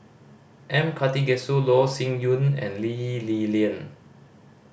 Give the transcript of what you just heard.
M Karthigesu Loh Sin Yun and Lee Li Lian